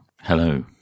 Hello